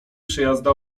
przejazdy